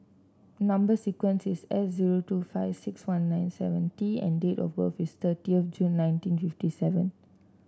number sequence is S zero two five six one nine seven T and date of birth is thirtieth of June nineteen fifty seven